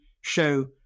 show